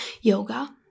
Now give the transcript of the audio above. yoga